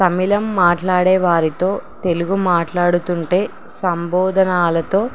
తమిళం మాట్లాడే వారితో తెలుగు మాట్లాడుతుంటే సంబోధనలతో